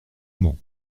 mans